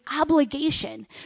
obligation